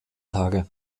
tage